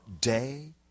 day